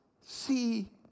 see